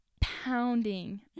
pounding